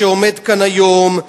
שעומד כאן היום,